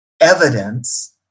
evidence